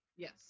Yes